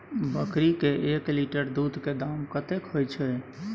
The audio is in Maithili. बकरी के एक लीटर दूध के दाम कतेक होय छै?